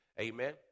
Amen